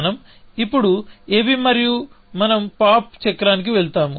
మనకు ఇప్పుడు ab మరియు మనం పాప్ చక్రానికి వెళ్తాము